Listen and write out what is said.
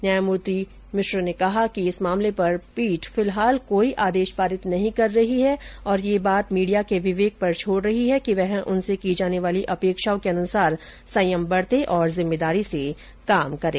न्यायमूर्ति मिश्र ने कहा कि इस मामले पर पीठ फिलहाल कोई आदेश पारित नहीं कर रही है और यह बात मीडिया के विवेक पर छोड़ रही है कि वह उनसे की जाने वाली अपेक्षाओं के अनुसार संयम बरते और जिम्मेदारी से कार्य करे